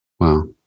Wow